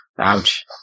Ouch